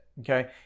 Okay